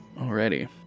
already